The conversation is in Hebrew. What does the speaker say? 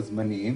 הזמניים,